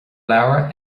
leabhar